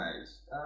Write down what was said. guys